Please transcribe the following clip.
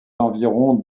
environs